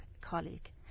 colleague